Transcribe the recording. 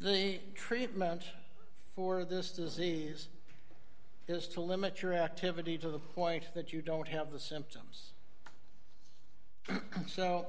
the treatment for this disease is to limit your activity to the point that you don't have the symptoms so